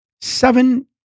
seven